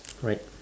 alright